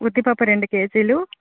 ఉద్దిపప్పు రెండు కేజీలు